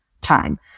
time